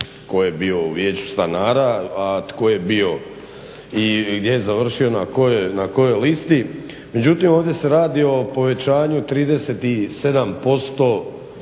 tko je bio u Vijeću stanara, a tko je bio i gdje je završio na kojoj listi. Međutim, ovdje se radi o povećanju 37%